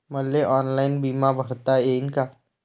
मले ऑनलाईन बिमा भरता येईन का?